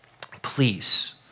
Please